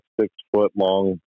six-foot-long